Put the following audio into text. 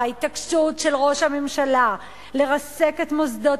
וההתעקשות של ראש הממשלה לרסק את מוסדות